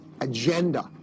agenda